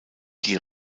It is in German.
die